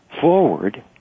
forward